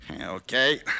Okay